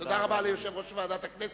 תודה רבה ליושב-ראש ועדת הכנסת.